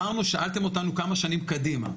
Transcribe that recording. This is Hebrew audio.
שאלתם אותנו כמה שנים קדימה,